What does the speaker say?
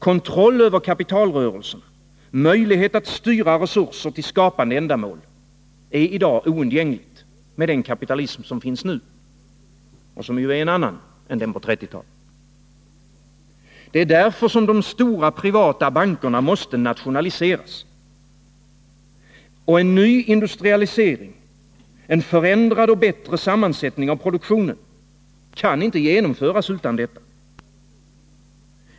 Kontroll över kapitalrörelserna, möjlighet att styra resurser till skapande ändamål, är i dag oundgängligen nödvändigt med den kapitalism som finns nu och som ju är en annan än 1930-talets. Därför måste de stora privatbankerna nationaliseras. En ny industrialisering, en förändrad och bättre sammansättning av produktionen kan inte genomföras utan detta.